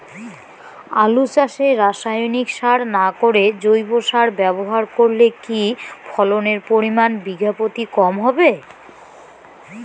আলু চাষে রাসায়নিক সার না করে জৈব সার ব্যবহার করলে কি ফলনের পরিমান বিঘা প্রতি কম হবে?